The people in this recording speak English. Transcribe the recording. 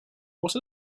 what